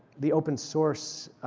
the open source